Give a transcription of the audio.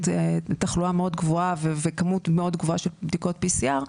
תחלואה מאוד גבוהה וכמות מאוד גדולה של בדיקות PCR,